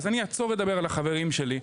אז אני אעצור לדבר על החברים שלי,